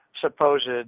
supposed